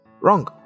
Wrong